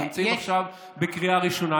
אנחנו מציגים את החוק לקריאה ראשונה.